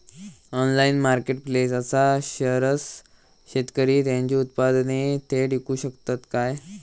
Online marketplace असा थयसर शेतकरी त्यांची उत्पादने थेट इकू शकतत काय?